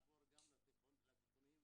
אנחנו עשינו קידום בריאות הרבה שנים,